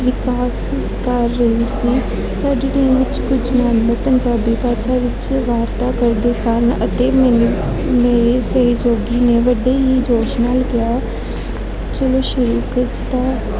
ਵਿਕਾਸ ਕਰ ਰਹੀ ਸੀ ਸਾਡੀ ਟੀਮ ਵਿੱਚ ਕੁਝ ਮੈਂਬਰ ਪੰਜਾਬੀ ਭਾਸ਼ਾ ਵਿੱਚ ਵਾਰਤਾ ਕਰਦੇ ਸਨ ਅਤੇ ਮੈਨੂੰ ਮੇਰੇ ਸਹਿਯੋਗੀ ਨੇ ਵੱਡੇ ਹੀ ਜੋਸ਼ ਨਾਲ ਕਿਹਾ ਚਲੋ ਸ਼ੁਰੂ ਕਰ ਦਿੱਤਾ